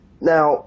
Now